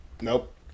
Nope